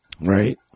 Right